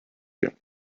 you